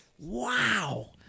Wow